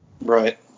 Right